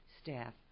staff